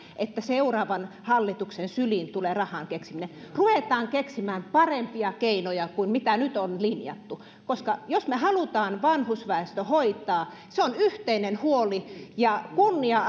että seuraavan hallituksen syliin tulee rahan keksiminen ruvetaan keksimään parempia keinoja kuin mitä nyt on linjattu koska jos me haluamme vanhusväestön hoitaa on yhteinen huoli ja kunnia